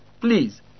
please